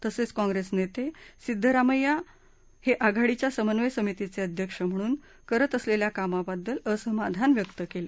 तसंच काँग्रेस नेते सिध्दरामय्या हे आघाडीच्या समन्वय समितीचे अध्यक्ष म्हणून करत असलेल्या कामाबद्दल असमाधान व्यक्त केलं